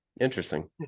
Interesting